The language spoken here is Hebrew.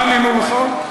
מה ענינו לך?